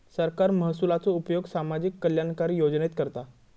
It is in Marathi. सरकार महसुलाचो उपयोग सामाजिक कल्याणकारी योजनेत करता